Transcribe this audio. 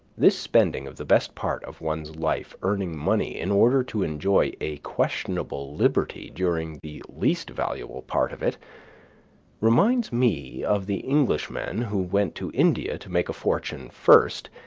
this spending of the best part of one's life earning money in order to enjoy a questionable liberty during the least valuable part of it reminds me of the englishman who went to india to make a fortune first,